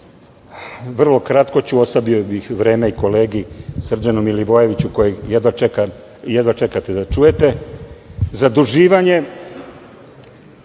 vrlo kratko ću, ostavio bih vreme i kolegi Srđanu Milivojeviću koga jedva čekate da čujete, zaduživanje,